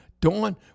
Dawn